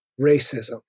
racism